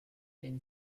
been